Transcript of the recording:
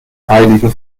heilige